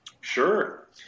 Sure